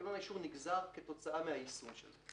מנגנון האישור נגזר כתוצאה מהיישום שלו.